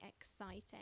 exciting